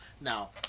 Now